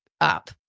up